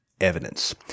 evidence